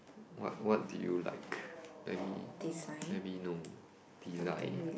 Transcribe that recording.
what what did you like let me let me know design